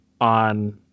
on